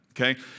okay